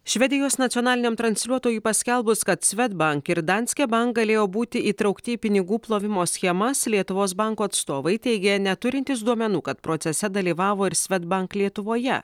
švedijos nacionaliniam transliuotojui paskelbus kad svedbank ir danske bank galėjo būti įtraukti į pinigų plovimo schemas lietuvos banko atstovai teigia neturintys duomenų kad procese dalyvavo ir svedbank lietuvoje